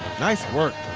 nice work.